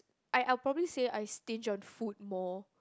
I I probably say I stinge on food more